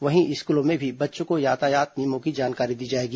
वहीं स्कूलों में भी बच्चों को यातायात नियमों की जानकारी दी जाएगी